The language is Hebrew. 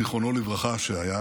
זיכרונו לברכה, שהיה